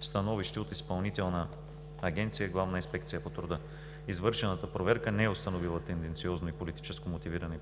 становище от Изпълнителна агенция „Главна инспекция по труда“. Извършената проверка не е установила тенденциозно и политически мотивирано